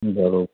बरो